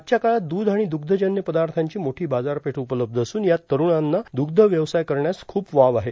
आजच्या काळात दुध आणि दुग्धजन्य पदार्थाची मोठी बाजारपेठ उपलब्ध असून यात तरुणांना दुग्ध व्यवसाय करण्यास खूप वाव आहे